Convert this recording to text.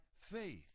faith